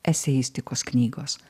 eseistikos knygos